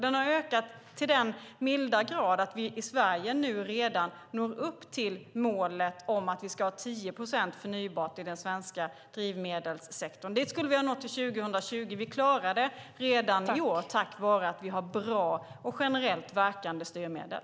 Den har ökat till den milda grad att vi i Sverige redan nu når upp till målet om att ha 10 procent förnybart i den svenska drivmedelssektorn. Dit skulle vi nå till 2020, men vi klarar det redan i år, tack vare att vi har bra, generellt verkande styrmedel.